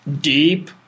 deep